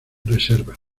reservas